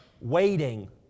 waiting